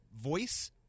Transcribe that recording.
voice